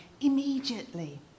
immediately